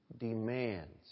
Demands